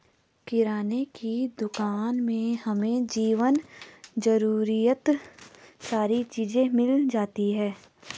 किराने की दुकान में हमें जीवन जरूरियात सारी चीज़े मिल जाती है